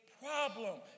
problem